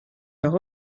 leur